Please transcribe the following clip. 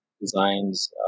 designs